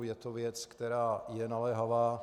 Je to věc, která je naléhavá.